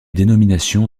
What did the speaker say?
dénominations